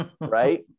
right